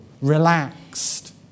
relaxed